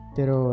Pero